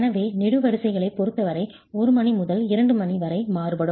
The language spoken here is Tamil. எனவே நெடுவரிசைகளைப் பொருத்தவரை 1 மணி முதல் 2 மணி வரை மாறுபடும்